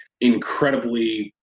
incredibly